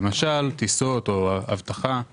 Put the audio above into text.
למשל טיסות או אבטחה וכו',